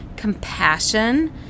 compassion